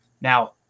Now